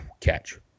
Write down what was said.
Catch